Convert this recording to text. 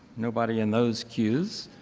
nobody in those cues.